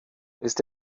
ist